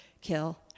kill